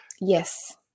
Yes